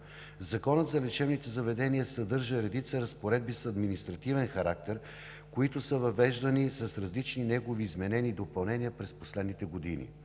Законът за лечебните заведения съдържа редица разпоредби с административен характер, които са въвеждани с различни негови изменения и допълнения през последните години.